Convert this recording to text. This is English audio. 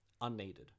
unneeded